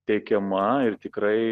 teikiama ir tikrai